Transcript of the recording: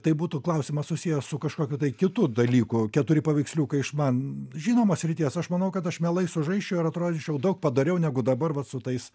tai būtų klausimas susijęs su kažkokiu tai kitu dalyku keturi paveiksliukai iš man žinomos srities aš manau kad aš mielai sužaisčiau ir atrodyčiau daug padoriau negu dabar vat su tais